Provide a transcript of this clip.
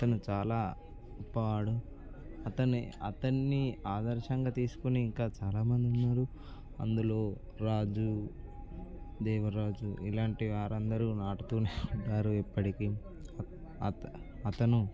అతను చాలా గొప్పవాడు అతని అతన్ని ఆదర్శంగా తీసుకుని ఇంకా చాలా ముందున్నారు అందులో రాజు దేవరాజు ఇలాంటి వారందరు నాటుతూనే ఉంటారు ఎప్పటికి అత అతను